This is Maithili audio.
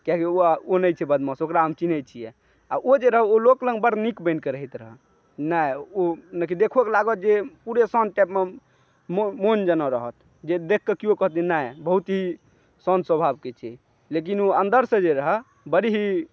कियाकि ओ नहि छै बदमाश ओकरा हम चिन्है छिए आ ओ जे रहए ओ लोक लग बड़ नीक बनिकऽ रहैत रहै नहि ओ देखिओकऽ लागत जे पूरे शान्त टाइपमे मौन जेना रहत जे देखिकऽ किओ कहतै नहि बहुत ही शान्त स्वाभावके छै लेकिन ओ अन्दर से जे रहए बड़ी ही